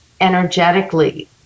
energetically